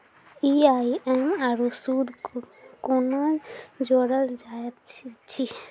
EMI आरू सूद कूना जोड़लऽ जायत ऐछि?